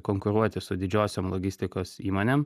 konkuruoti su didžiosiom logistikos įmonėm